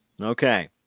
Okay